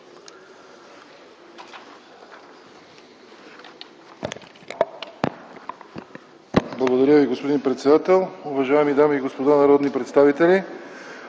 Уважаеми господин председател, уважаеми дами и господа народни представители,